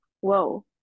whoa